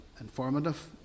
informative